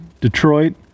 Detroit